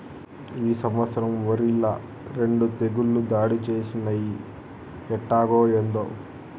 ఈ సంవత్సరం ఒరిల రెండు తెగుళ్ళు దాడి చేసినయ్యి ఎట్టాగో, ఏందో